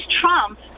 Trump